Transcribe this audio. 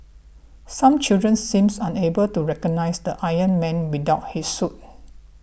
some children seems unable to recognise the Iron Man without his suit